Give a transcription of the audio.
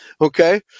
Okay